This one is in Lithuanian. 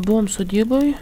buvom sodyboj